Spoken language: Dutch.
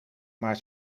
maar